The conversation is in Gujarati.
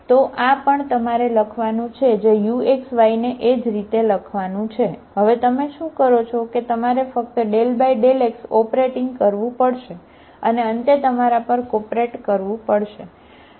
તો આ પણ તમારે લખવાનું છે જે uxy ને એ જ રીતે લખવાનું છે હવે તમે શું કરો છો કે તમારે ફક્ત ∂x ઓપરેટિંગ કરવું પડશે અને અંતે તમારા પર કોપરેટ કરવું પડશે બરાબર